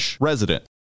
resident